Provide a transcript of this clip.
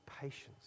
patience